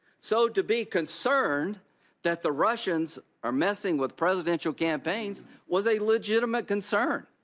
so to be concerned that the russians are messing with presidential campaigns was a legitimate concern.